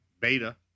Beta